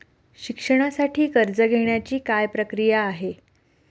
शिक्षणासाठी कर्ज घेण्याची काय प्रक्रिया आहे?